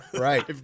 right